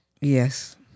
Yes